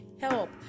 help